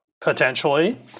Potentially